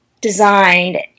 designed